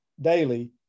daily